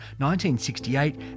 1968